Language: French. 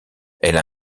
elle